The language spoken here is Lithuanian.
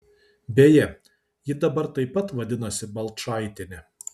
beje ji dabar taip pat vadinasi balčaitiene